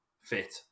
fit